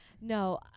No